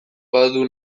badu